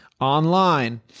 online